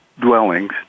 dwellings